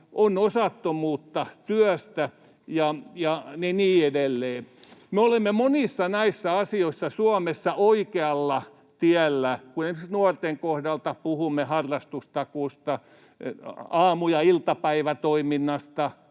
on osattomuutta työstä ja niin edelleen. Me olemme monissa näistä asioista Suomessa oikealla tiellä, kun esimerkiksi nuorten kohdalla puhumme harrastustakuusta, aamu- ja iltapäivätoiminnasta,